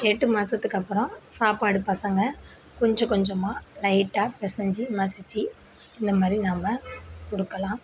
எட்டு மாதத்துக்கு அப்புறம் சாப்பாடு பசங்க கொஞ்ச கொஞ்சமாக லைட்டாக பிசஞ்சி மசிச்சு இந்தமாதிரி நம்ம கொடுக்கலாம்